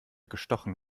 gestochen